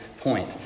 point